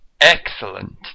Excellent